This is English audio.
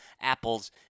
apples